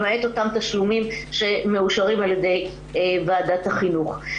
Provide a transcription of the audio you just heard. למעט אותם תשלומים שמאושרים על ידי ועדת החינוך.